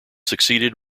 succeeded